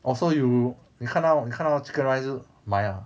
oh so you 你看到你看到 chicken rice 就买 ah